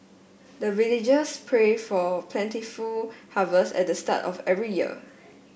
the villagers pray for plentiful harvest at the start of every year